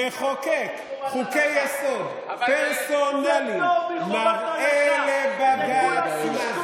נחוקק חוקי-יסוד פרסונליים, נראה לבג"ץ מה זה.